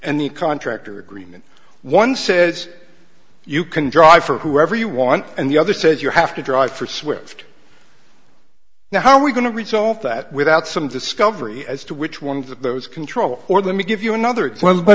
the contractor agreement one says you can drive for whoever you want and the other says you have to drive for swift now how are we going to resolve that without some discovery as to which one of those control or let me give you another